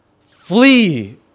Flee